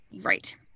right